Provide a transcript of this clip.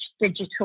digital